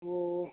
ꯑꯣ